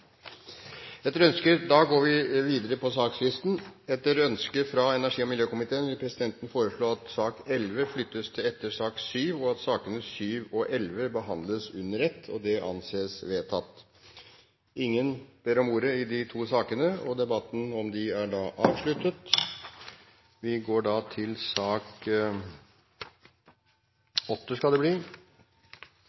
Etter ønske fra energi- og miljøkomiteen vil presidenten foreslå at sak nr. 11 flyttes til etter sak nr. 7, og at sakene nr. 7 og 11 behandles under ett. – Det anses vedtatt. Ingen har bedt om ordet til sakene nr. 7 og 11. Stortinget foreslår i denne proposisjonen ein ny lov om fiskeretten i Tanavassdraget, den såkalla Tanaloven. Den nye loven vil avløyse og